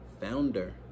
founder